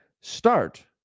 start